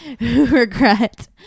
Regret